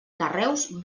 carreus